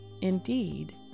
Indeed